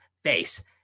face